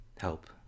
help